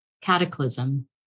cataclysm